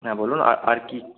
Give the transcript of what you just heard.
হ্যাঁ বলুন আর আর কী